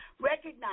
Recognize